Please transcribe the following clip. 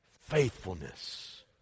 faithfulness